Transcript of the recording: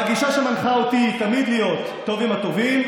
הגישה שמנחה אותי היא תמיד להיות טוב עם הטובים,